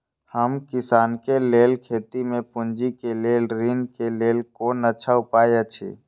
हम किसानके लेल खेती में पुंजी के लेल ऋण के लेल कोन अच्छा उपाय अछि?